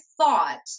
thought